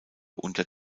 unter